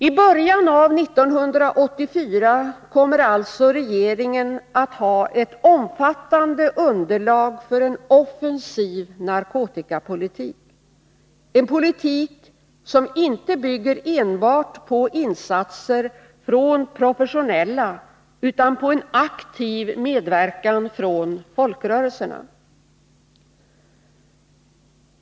I början av 1984 kommer alltså regeringen att ha ett omfattande underlag för en offensiv narkotikapolitik, en politik som inte bygger enbart på insatser från professionella utan på en aktiv medverkan från folkrörelserna.